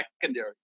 secondary